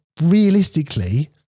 Realistically